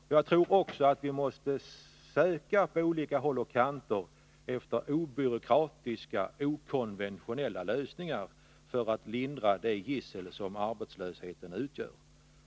Vidare tror jag att vi på olika håll och kanter måste söka efter obyråkratiska, okonventionella lösningar för att lindra det gissel som arbetslösheten utgör.